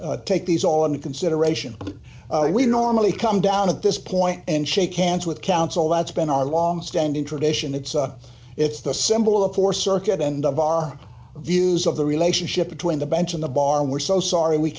we'll take these all in consideration we normally come down at this point and shake hands with counsel that's been our longstanding tradition it's a it's the symbol of four circuit and of our views of the relationship between the bench and the bar and we're so sorry we